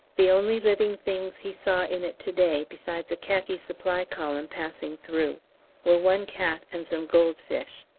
the only living things he saw in it to-day besides a khaki supply column passing through were one cat and some goldfish.